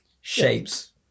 shapes